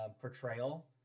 portrayal